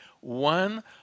one